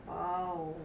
!wow!